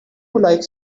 like